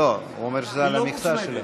לא, הוא אומר שזה על המכסה שלהם.